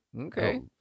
Okay